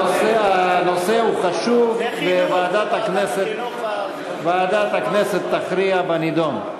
הנושא חשוב, וועדת הכנסת תכריע בנדון.